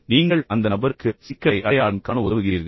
எனவே நீங்கள் அந்த நபருக்கு சிக்கலை அடையாளம் காண உதவுகிறீர்கள்